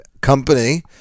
Company